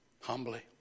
Humbly